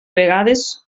vegades